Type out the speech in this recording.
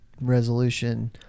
resolution